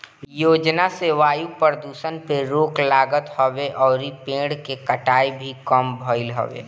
इ योजना से वायु प्रदुषण पे रोक लागत हवे अउरी पेड़ के कटाई भी कम भइल हवे